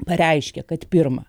pareiškė kad pirma